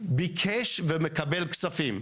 ביקש ומקבל כספים.